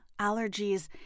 allergies